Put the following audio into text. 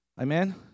Amen